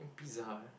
pizza eh